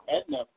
Edna